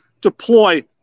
deploy